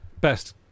best